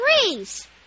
trees